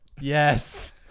Yes